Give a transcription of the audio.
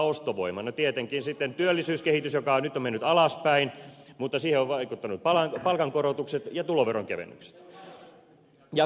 no tietenkin työllisyyskehitys joka nyt on mennyt alaspäin mutta siihen ovat vaikuttaneet palkankorotukset ja tuloveron kevennykset